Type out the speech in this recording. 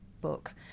book